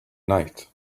night